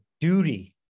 duty